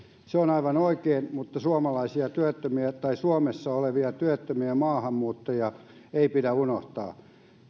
se on aivan oikein mutta suomalaisia työttömiä tai suomessa olevia työttömiä maahanmuuttajia ei pidä unohtaa